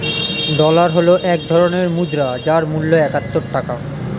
dollar হল এক ধরনের মুদ্রা যার মূল্য একাত্তর টাকা